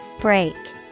Break